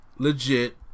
Legit